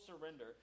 surrender